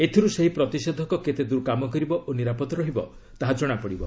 ଏଥିରୁ ସେହି ପ୍ରତିଷେଧକ କେତେଦୂର କାମ କରିବ ଓ ନିରାପଦ ରହିବ ତାହା କଣାପଡ଼ିବ